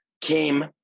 came